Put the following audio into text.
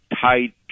tight